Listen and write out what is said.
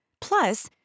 Plus